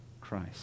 Christ